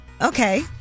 Okay